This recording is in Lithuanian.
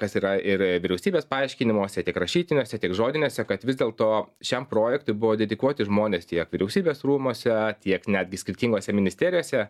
kas yra ir vyriausybės paaiškinimuose tiek rašytiniuose tiek žodiniuose kad vis dėl to šiam projektui buvo dedikuoti žmonės tiek vyriausybės rūmuose tiek netgi skirtingose ministerijose